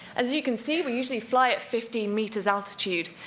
as you can see, we usually fly at fifteen meters altitude,